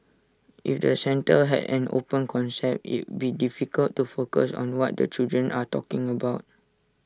if the centre had an open concept it'd be difficult to focus on what the children are talking about